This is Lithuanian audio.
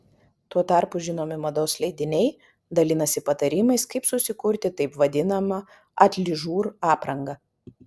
tuo tarpu žinomi mados leidiniai dalinasi patarimais kaip susikurti taip vadinamą atližur aprangą